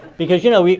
because you know,